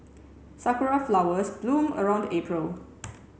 sakura flowers bloom around April